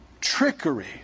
Trickery